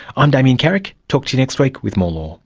i'm damien carrick, talk to you next week with more law